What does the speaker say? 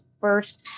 first